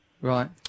Right